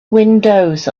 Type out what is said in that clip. windows